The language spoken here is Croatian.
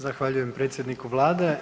Zahvaljujem predsjedniku vlade.